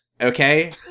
Okay